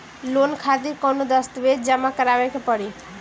Loan खातिर कौनो दस्तावेज जमा करावे के पड़ी?